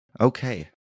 Okay